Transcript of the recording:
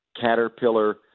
Caterpillar